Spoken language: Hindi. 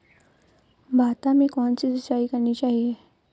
भाता में कौन सी सिंचाई करनी चाहिये?